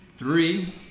Three